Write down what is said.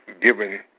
given